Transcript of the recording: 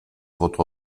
votre